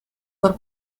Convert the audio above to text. for